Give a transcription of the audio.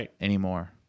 anymore